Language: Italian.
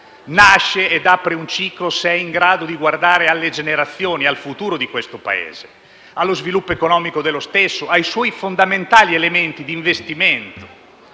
Nasce, e apre un ciclo, se è in grado di guardare alle generazioni, al futuro di questo Paese, allo sviluppo economico dello stesso, ai suoi fondamentali elementi di investimento.